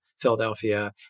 Philadelphia